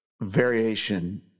variation